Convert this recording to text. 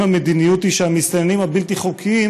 האם המדיניות היא שהמסתננים הבלתי-חוקיים